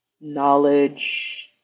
knowledge